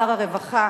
שר הרווחה,